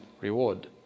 reward